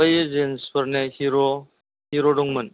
बैयो जेन्ट्सफोरनो हिर' हिर' दंमोन